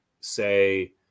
say